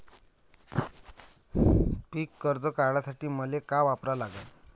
पिक कर्ज काढासाठी मले का करा लागन?